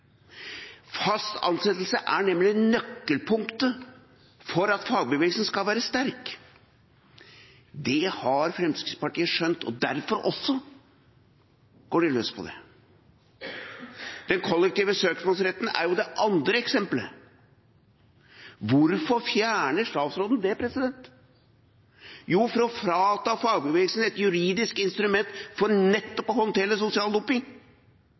Fast ansettelse er nemlig et nøkkelpunkt for at fagbevegelsen skal være sterk. Det har Fremskrittspartiet skjønt, derfor også går de løs på det. Den kollektive søksmålsretten er det andre eksemplet. Hvorfor fjerner statsråden den? Jo, for å frata fagbevegelsen et juridisk instrument for nettopp å håndtere sosial dumping.